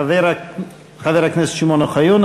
חבר הכנסת שמעון אוחיון,